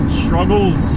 struggles